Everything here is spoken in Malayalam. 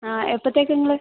ആ എപ്പൊഴത്തേക്കാണ് നിങ്ങൾ